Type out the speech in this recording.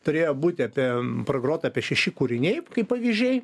turėjo būti apie pragrota apie šeši kūriniai kaip pavyzdžiai